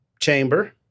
Chamber